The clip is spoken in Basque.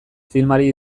filmari